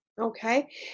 Okay